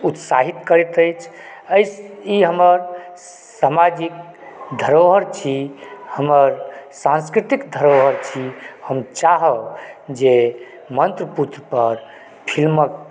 उत्साहित करैत अछि ई हमर सामाजिक धरोहर छी हमर सांस्कृतिक धरोहर छी हम चाहब जे मन्त्रपुत्र पर फिलिमके